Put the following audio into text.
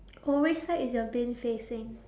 oh which side is your bin facing